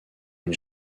une